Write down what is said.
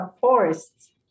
forests